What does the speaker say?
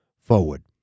forward